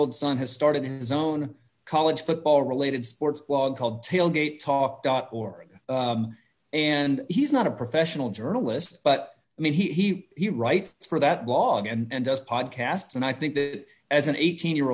old son has started his own college football related sports blog called tailgate talk dot org and he's not a professional journalist but i mean he he writes for that blog and does podcasts and i think that as an eighteen year